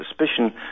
suspicion